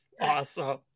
awesome